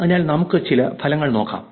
അതിനാൽ നമുക്ക് ചില ഫലങ്ങൾ നോക്കാം